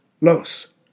Los